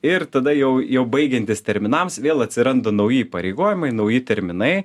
ir tada jau jau baigiantis terminams vėl atsiranda nauji įpareigojimai nauji terminai